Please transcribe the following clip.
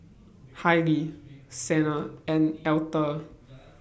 Hailie Xena and Altha